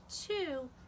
two